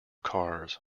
cars